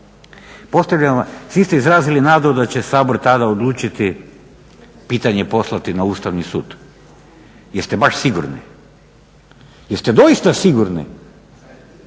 Svi ste izrazili nadu da će Sabor tada odlučiti, pitanje poslati na Ustavni sud jer ste baš sigurni. Jeste doista sigurni